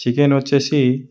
chicken వచ్చేసి